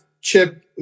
Chip